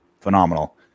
phenomenal